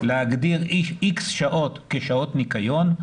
להגדיר X שעות כשעות ניקיון,